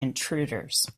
intruders